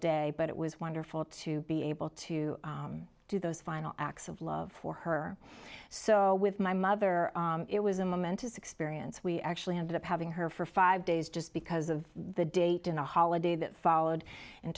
day but it was wonderful to be able to do those final acts of love for her so with my mother it was a momentous experience we actually ended up having her for five days just because of the date on the holiday that followed in